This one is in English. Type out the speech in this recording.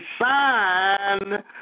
sign